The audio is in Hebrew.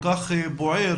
כל כך בוער,